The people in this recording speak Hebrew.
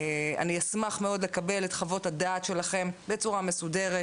אני אשמח מאוד לקבל את חוות-הדעת שלכם בצורה מסודרת,